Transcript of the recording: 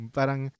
Parang